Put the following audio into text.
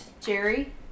Jerry